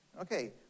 Okay